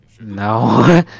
No